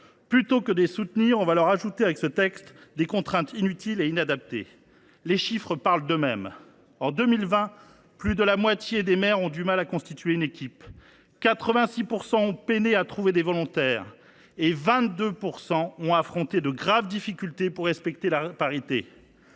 Plutôt que de les soutenir, on va leur ajouter, si nous adoptons ce texte, des contraintes inutiles et inadaptées. Les chiffres parlent d’eux mêmes : en 2020, plus de la moitié des maires ont eu du mal à constituer une équipe, 86 % d’entre eux ont peiné à trouver des volontaires, et 22 % ont affronté de graves difficultés pour respecter la parité.